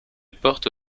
porte